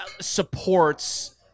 supports –